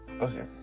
Okay